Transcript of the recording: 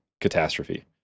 catastrophe